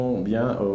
bien